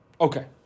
Okay